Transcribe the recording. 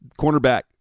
Cornerback